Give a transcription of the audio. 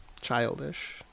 childish